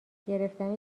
گرفتن